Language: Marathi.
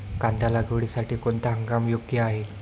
कांदा लागवडीसाठी कोणता हंगाम योग्य आहे?